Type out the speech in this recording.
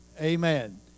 Amen